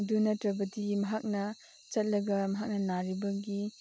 ꯑꯗꯨ ꯅꯠꯇ꯭ꯔꯕꯗꯤ ꯃꯍꯥꯛꯅ ꯆꯠꯂꯒ ꯃꯍꯥꯛꯅ ꯅꯥꯔꯤꯕꯒꯤ